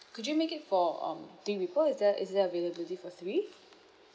could you make it for um three people is there is there availability for three